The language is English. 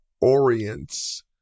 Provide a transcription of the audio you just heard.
orients